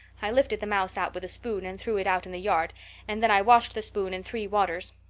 i lifted the mouse out with a spoon and threw it out in the yard and then i washed the spoon in three waters.